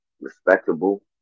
Respectable